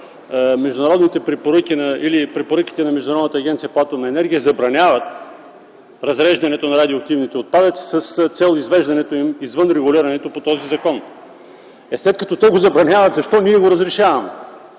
международните препоръки или препоръките на Международната агенция по атомна енергия забраняват разреждането на радиоактивните отпадъци с цел извеждането им извън регулирането по този закон. Е, след като те го забраняват – защо ние го разрешаваме?